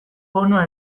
bonua